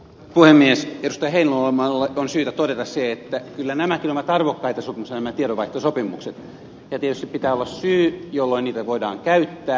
heinäluomalle on syytä todeta se että kyllä nämäkin ovat arvokkaita sopimuksia nämä tiedonvaihtosopimukset ja tietysti pitää olla syy jolloin niitä voidaan käyttää